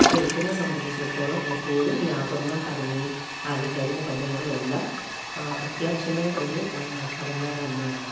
അപ്പോൾ എഴുത്തിനെ സംബന്ധിച്ചിടത്തോളം എപ്പോഴും വ്യാകരണവും ഘടനയും ആലങ്കാരിക പദങ്ങളും എല്ലാം അത്യാവശ്യമായ ഒരു ഘടന തന്നെയാണ്